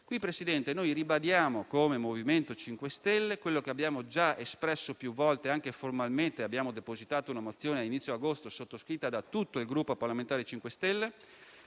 tale riguardo, ribadiamo come MoVimento 5 Stelle quello che abbiamo già espresso più volte - anche formalmente abbiamo depositato una mozione a inizio agosto sottoscritta da tutto il nostro Gruppo parlamentare - ossia